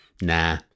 Nah